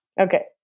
Okay